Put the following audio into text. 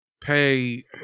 pay